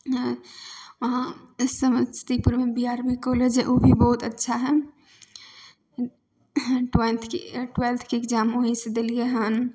हँ समस्तीपुरमे B R B college हइ उ भी बहुत अच्छा हइ ट्वेल्थके ट्वेल्थके एक्जाम ओहिसँ देलियै हन